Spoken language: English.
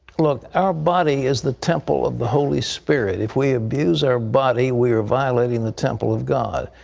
look, our body is the temple of the holy spirit. if we abuse our body, we are violating the temple of god.